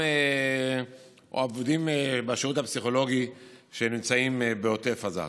עובדים בשירות הפסיכולוגי שנמצאים בעוטף עזה.